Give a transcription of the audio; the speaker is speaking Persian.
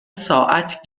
ساعت